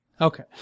Okay